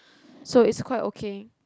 so is quite okay